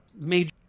major